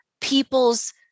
people's